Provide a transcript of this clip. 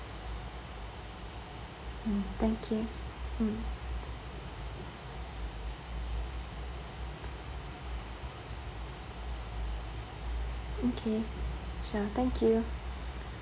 mm thank you mm okay sure thank you